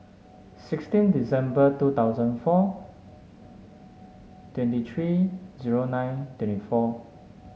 sixteen December two thousand four twenty three zero nine twenty four